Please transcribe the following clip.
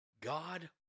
God